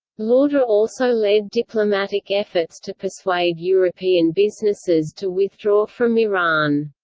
lauder also led diplomatic efforts to persuade european businesses to withdraw from iran.